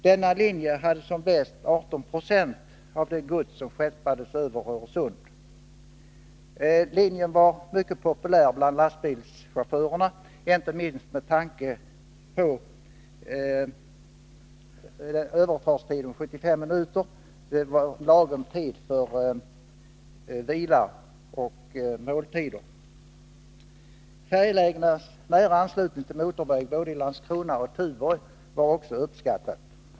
Denna linje hade som bäst 18 26 av det gods som skeppades över Öresund. Linjen var mycket populär bland lastbilschaufförerna, inte minst med tanke på att överfartstiden — ca 75 minuter — var lagom för måltider och vila. Färjelägenas nära anslutning till motorväg både i Landskrona och i Tuborg uppskattades också.